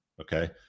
Okay